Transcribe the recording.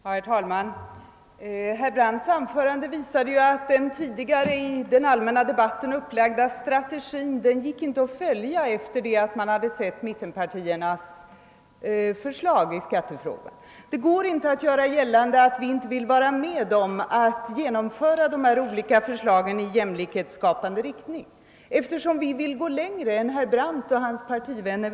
Herr talman! Herr Brandts anförande visade att den tidigare i den allmänna debatten upplagda strategin inte gick att följa sedan man sett mittenpartiernas förslag i skattefrågan. Det går inte längre att göra gällande att vi inte vill vara med om att genomföra de här olika förslagen i jämlikhetsskapande riktning, eftersom vi vill gå längre än herr Brandt och hans partivänner.